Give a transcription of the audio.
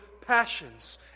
passions